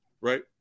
right